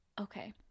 Okay